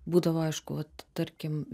būdavo aišku vat tarkim